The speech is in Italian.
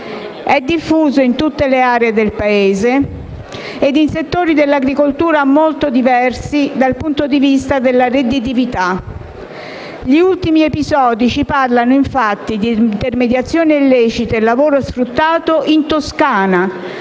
È diffuso in tutte le aree del Paese e in settori dell'agricoltura molto diversi dal punto di vista della redditività. Gli ultimi episodi ci parlano, infatti, di intermediazione illecita e lavoro sfruttato in Toscana